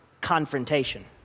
confrontation